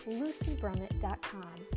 lucybrummett.com